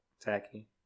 tacky